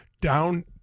down